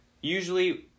usually